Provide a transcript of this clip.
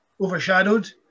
overshadowed